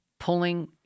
Pulling